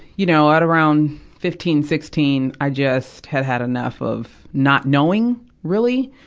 you know, at around fifteen, sixteen, i just had had enough of not knowing really.